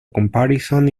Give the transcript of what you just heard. comparisons